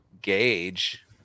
gauge